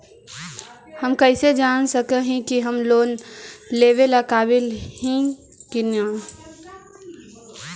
हम कईसे जान सक ही की हम लोन लेवेला काबिल ही की ना?